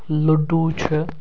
لُڈوٗ چھِ